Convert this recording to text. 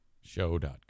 show.com